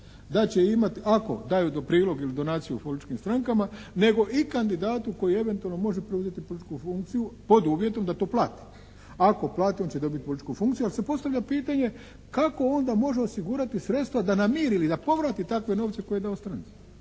da će imati ako daju prilog ili donaciju političkim strankama nego i kandidatu koji eventualno može preuzeti političku funkciju pod uvjetom da to plati. Ako plati on će dobiti političku funkciju, ali se postavlja pitanje kako onda može osigurati sredstva da namiri ili da povrati takve novce koje je dao stranci.